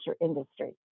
industry